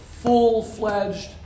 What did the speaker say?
Full-fledged